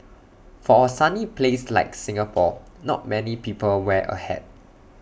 for A sunny place like Singapore not many people wear A hat